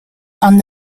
han